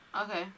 Okay